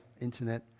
internet